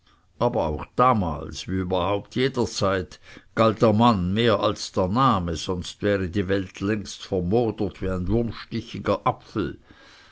aber auch damals wie überhaupt jederzeit galt der mann mehr als der name sonst wäre die welt längst vermodert wie ein wurmstichiger apfel